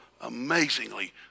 amazingly